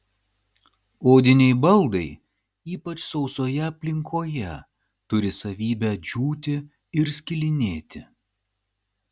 odiniai baldai ypač sausoje aplinkoje turi savybę džiūti ir skilinėti